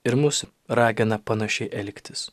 ir mus ragina panašiai elgtis